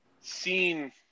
seen